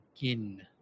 begin